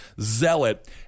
zealot